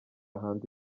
hanze